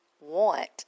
want